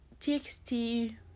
TXT